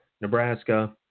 Nebraska